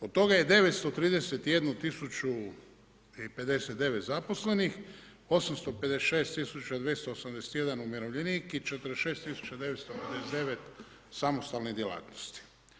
Od toga je 931 tisuću i 59 zaposlenih, 856281 umirovljenik i 46959 samostalnih djelatnosti.